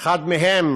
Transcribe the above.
אחד מהם